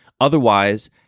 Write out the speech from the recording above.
Otherwise